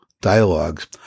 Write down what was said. dialogues